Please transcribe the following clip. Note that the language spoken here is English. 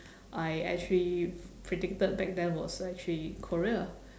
I actually predicted back then was actually korea